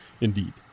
Indeed